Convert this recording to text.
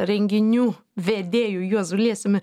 renginių vedėju juozu liesiumi